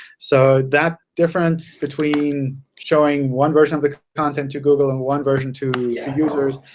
so that difference between showing one version of the content to google and one version to users,